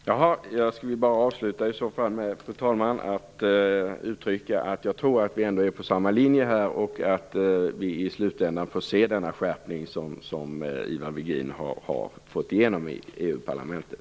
Fru talman! I så fall skulle jag vilja avsluta med att säga att jag tror att vi är på samma linje och att vi i slutändan får se den skärpning som Ivar Virgin har fått igenom i Europaparlamentet.